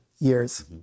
years